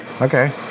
Okay